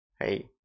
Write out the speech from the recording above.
Hey